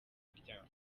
imiryango